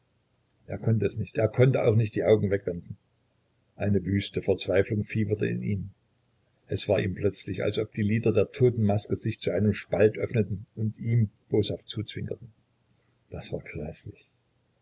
er konnte es nicht er konnte auch nicht die augen wegwenden eine wüste verzweiflung fieberte in ihm es war ihm plötzlich als ob die lider der totenmaske sich zu einem spalt öffneten und ihm boshaft zuzwinkerten das war